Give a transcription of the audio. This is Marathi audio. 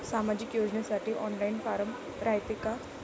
सामाजिक योजनेसाठी ऑनलाईन फारम रायते का?